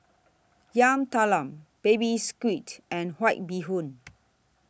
Yam Talam Baby Squid and White Bee Hoon